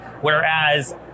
Whereas